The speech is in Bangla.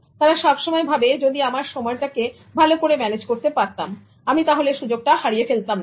তারা সব সময় ভাবে যদি আমার সময়টা কে ভালো করে ম্যানেজ করতে পারতাম আমি তাহলে সুযোগটা হারিয়ে ফেলতাম না